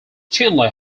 chinle